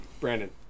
Brandon